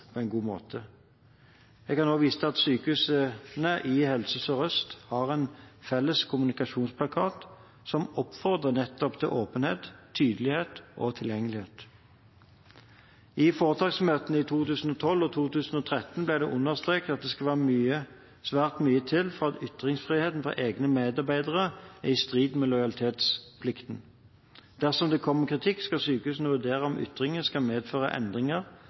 på en god måte. Jeg kan også vise til at sykehusene i Helse Sør-Øst har en felles kommunikasjonsplakat som oppfordrer til nettopp åpenhet, tydelighet og tilgjengelighet. I foretaksmøtene i 2012 og 2013 ble det understreket at det skal svært mye til for at ytringer fra egne medarbeidere er i strid med lojalitetsplikten. Dersom det kommer kritikk, skal sykehusene vurdere om ytringen skal medføre endringer